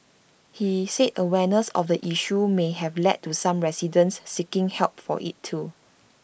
he said awareness of the issue may have led to some residents seeking help for IT too